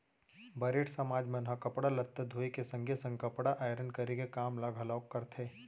बरेठ समाज मन ह कपड़ा लत्ता धोए के संगे संग कपड़ा आयरन करे के काम ल घलोक करथे